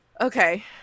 okay